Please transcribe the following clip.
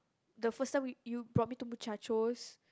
the first time we you brought me to Muchachos